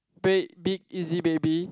babe big easy baby